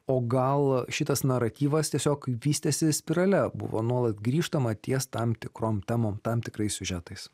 o gal šitas naratyvas tiesiog vystėsi spirale buvo nuolat grįžtama ties tam tikrom temom tam tikrais siužetais